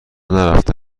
نرفته